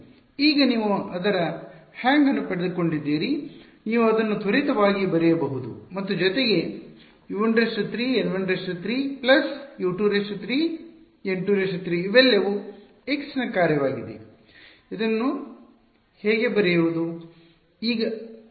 ಈಗ ನೀವು ಅದರ ಹ್ಯಾಂಗ್ ಅನ್ನು ಪಡೆದುಕೊಂಡಿದ್ದೀರಿ ನೀವು ಅದನ್ನು ತ್ವರಿತವಾಗಿ ಬರೆಯಬಹುದು ಮತ್ತು ಜೊತೆಗೆ U 13N13 U 23N 23 ಇವೆಲ್ಲವೂ x ನ ಕಾರ್ಯವಾಗಿದೆ ಇದನ್ನು ಹೇಗೆ ಬರೆಯುವುದು